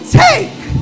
take